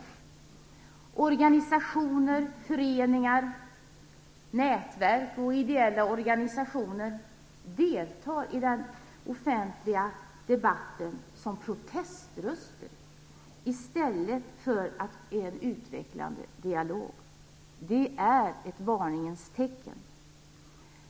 Ideella och andra organisationer, föreningar och nätverk deltar som proteströster i den offentliga debatten i stället för att föra en utvecklande dialog. Det är ett varningens tecken.